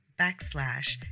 backslash